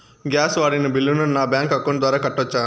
Gas వాడిన బిల్లును నా బ్యాంకు అకౌంట్ ద్వారా కట్టొచ్చా?